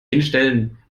hinstellen